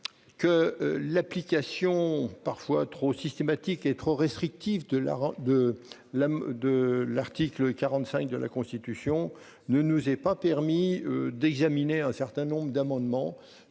l'application parfois trop systématique et trop restrictive de l'article 45 de la Constitution, qui nous empêche d'examiner un certain nombre d'amendements.